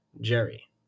Jerry